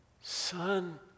Son